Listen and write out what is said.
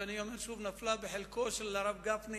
ואני אומר שוב, נפלה בחלקו של הרב גפני